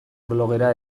blogera